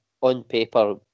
on-paper